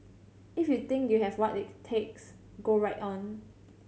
if you think you have what it takes go right on